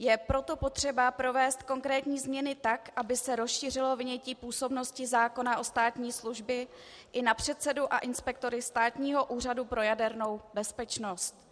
Je proto potřeba provést konkrétní změny tak, aby se rozšířilo vynětí působnosti zákona o státní službě i na předsedu a inspektory Státního úřadu pro jadernou bezpečnost.